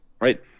right